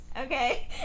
okay